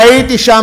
והייתי שם,